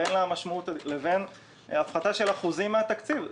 לבין הפחתה של אחוזים מן התקציב.